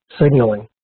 signaling